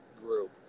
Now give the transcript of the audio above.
group